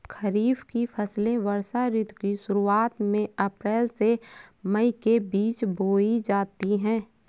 खरीफ की फसलें वर्षा ऋतु की शुरुआत में अप्रैल से मई के बीच बोई जाती हैं